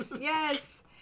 yes